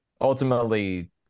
ultimately